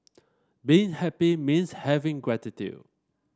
being happy means having gratitude